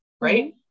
right